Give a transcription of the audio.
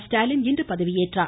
ஸ்டாலின் இன்று பதவி ஏற்றார்